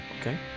Okay